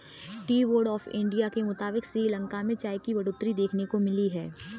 T board of India के मुताबिक़ श्रीलंका में चाय की बढ़ोतरी देखने को मिली है